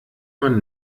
man